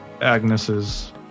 Agnes's